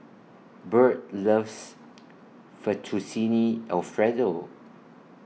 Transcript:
Byrd loves Fettuccine Alfredo